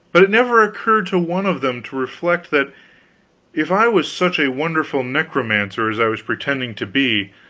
but it never occurred to one of them to reflect that if i was such a wonderful necromancer as i was pretending to be,